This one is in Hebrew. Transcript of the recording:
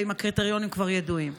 ואם הקריטריונים כבר ידועים.